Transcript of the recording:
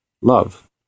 love